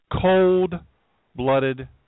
cold-blooded